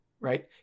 right